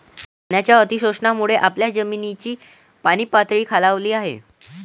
पाण्याच्या अतिशोषणामुळे आपल्या जमिनीची पाणीपातळी खालावली आहे